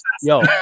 Yo